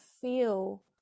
feel